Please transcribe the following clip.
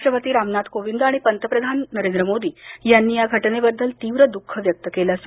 राष्ट्रपती रामनाथ कोविंद आणि पंतप्रधान नरेंद्र मोदी यांनी या घटनेबद्दल तीव्र दुःख व्यक्त केलं आहे